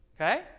Okay